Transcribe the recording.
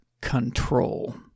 control